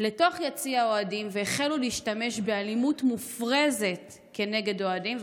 לתוך יציע האוהדים והחלו להשתמש באלימות מופרזת כנגד אוהדים,